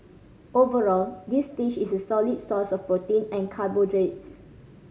overall this dish is a solid source of protein and carbohydrates